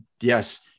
Yes